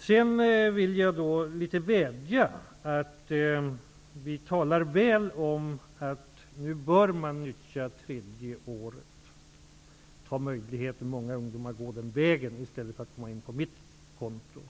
Sedan vill jag vädja om att det talas väl om det tredje året, som bör utnyttjas. Många ungdomar bör gå den vägen i stället för att så att säga hamna på mitt konto.